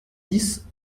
dix